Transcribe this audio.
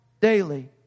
daily